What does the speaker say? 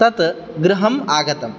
तत् गृहम् आगतम्